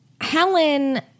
Helen